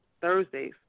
Thursdays